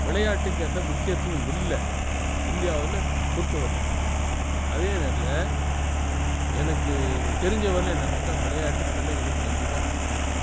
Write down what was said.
விளையாட்டுக்கேற்ற முக்கியத்துவம் இல்லை இந்தியாவில் பொறுத்தவரையிலும் அதே நேரத்தில் எனக்கு தெரிஞ்சவரையிலும் என்னென்னாக்கா விளையாட்டு பிள்ளைகளுக்கு கண்டிப்பாக தேவை